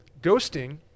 ghosting